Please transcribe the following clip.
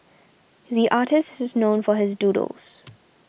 the artist is known for his doodles